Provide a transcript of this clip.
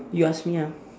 you ask me ah